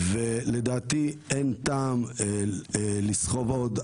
ולדעתי אין טעם לסחוב עוד.